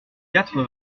quatre